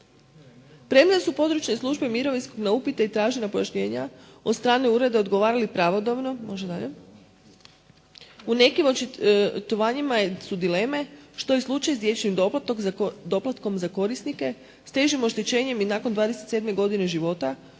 Premda su područja i službe mirovinskog na upite i tražena pojašnjenja od strane ureda odgovarali pravodobno, u nekim očitovanjima su dileme što je slučaj sa dječjim doplatkom za korisnike s težim o,štećenjem i nakon 27 godine života